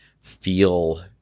feel